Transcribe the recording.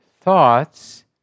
thoughts